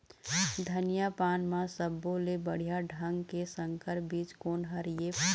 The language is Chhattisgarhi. धनिया पान म सब्बो ले बढ़िया ढंग के संकर बीज कोन हर ऐप?